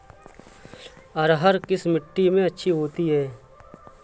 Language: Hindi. अरहर किस मिट्टी में अच्छी होती है?